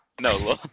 No